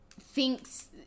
thinks